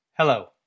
Hello